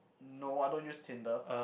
no I don't use tinder